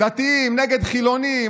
דתיים נגד חילונים,